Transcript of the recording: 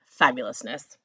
fabulousness